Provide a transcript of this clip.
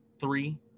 three